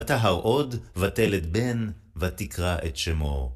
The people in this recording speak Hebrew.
ותהר עוד, ותלד בן, ותקרא את שמו.